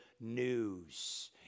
news